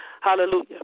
Hallelujah